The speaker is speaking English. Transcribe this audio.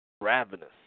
Ravenous